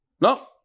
No